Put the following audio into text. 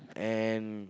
and